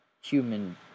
human